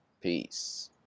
Peace